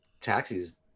taxis